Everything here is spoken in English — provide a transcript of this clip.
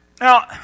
Now